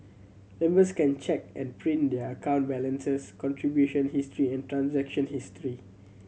members can check and print their account balances contribution history and transaction history